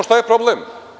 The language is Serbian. Šta je problem?